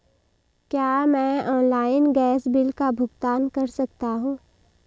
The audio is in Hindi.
क्या मैं ऑनलाइन गैस बिल का भुगतान कर सकता हूँ?